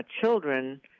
children